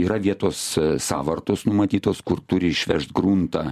yra vietos sąvartos numatytos kur turi išvežt gruntą